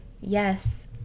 Yes